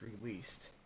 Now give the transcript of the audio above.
released